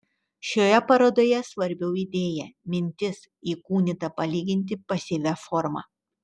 šioje parodoje svarbiau idėja mintis įkūnyta palyginti pasyvia forma